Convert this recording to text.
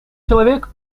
человек